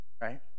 right